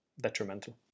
detrimental